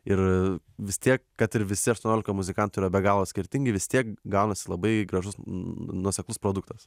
ir vis tiek kad ir visi aštuoniolika muzikantų yra be galo skirtingi vis tiek gaunasi labai gražus nuoseklus produktas